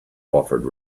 offered